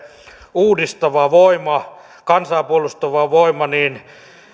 uudistava voima kansaa puolustava voima niin